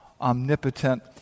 omnipotent